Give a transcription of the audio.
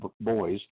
boys